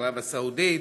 ערב הסעודית,